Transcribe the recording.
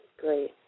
great